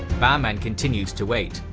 bahman continued to wait,